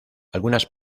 algunas